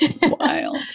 Wild